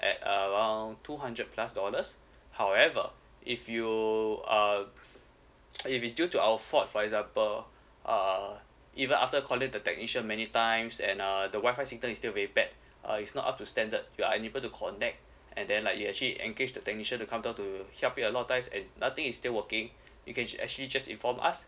at along two hundred plus dollars however if you uh if it's due to our fault for example uh even after calling the technician many times and uh the wifi signal is still very bad uh is not up to standard you are unable to connect and then like you actually engage the technician to come down to help you a lot of times and nothing is still working you can actually just inform us